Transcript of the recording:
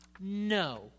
no